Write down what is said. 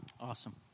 Awesome